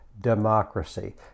democracy